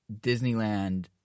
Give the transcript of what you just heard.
Disneyland